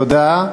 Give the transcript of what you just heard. תודה.